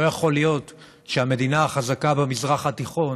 לא יכול להיות שהמדינה החזקה במזרח התיכון,